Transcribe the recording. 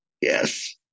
Yes